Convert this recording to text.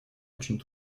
очень